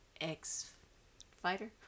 X-Fighter